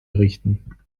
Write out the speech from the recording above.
errichten